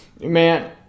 Man